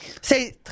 C'est